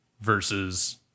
versus